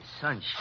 sunshine